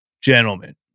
Gentlemen